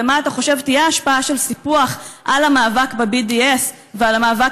ומה אתה חושב תהיה ההשפעה של סיפוח על המאבק ב-BDS ועל המאבק